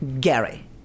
Gary